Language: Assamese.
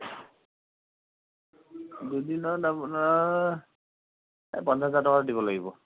দুদিনত আপোনাৰ এই পঞ্চাছ হেজাৰ টকা দিব লাগিব